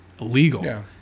illegal